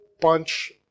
bunch